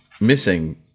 missing